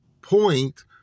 point